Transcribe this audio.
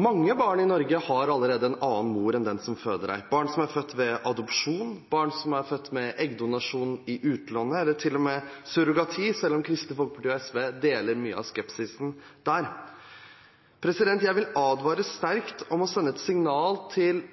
Mange barn i Norge har allerede en annen mor enn den som føder deg – barn som er født ved adopsjon, barn som er født ved eggdonasjon i utlandet, eller til og med ved surrogati, selv om Kristelig Folkeparti og SV deler mye av skepsisen der. Jeg vil advare sterkt mot å sende et signal til